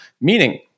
meaning